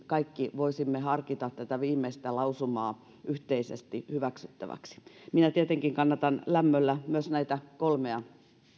me kaikki voisimme harkita ainakin tätä viimeistä lausumaa yhteisesti hyväksyttäväksi minä tietenkin kannatan lämmöllä myös näitä kolmea